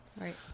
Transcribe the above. Right